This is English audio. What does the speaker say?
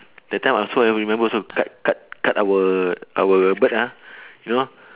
that time also I remember also cut cut cut our our bird ah you know